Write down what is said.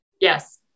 Yes